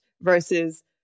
versus